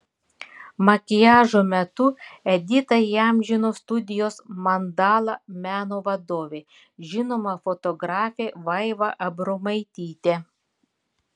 makiažo metu editą įamžino studijos mandala meno vadovė žinoma fotografė vaiva abromaitytė